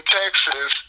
texas